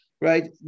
right